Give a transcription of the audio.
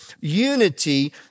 Unity